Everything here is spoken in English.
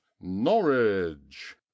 norwich